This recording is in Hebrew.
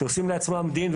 שעושים לעצמם דין,